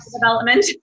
development